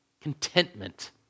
Contentment